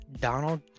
Donald